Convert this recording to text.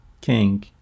king